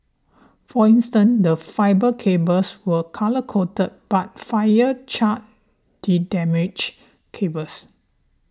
for instance the fibre cables were colour coded but the fire charred the damaged cables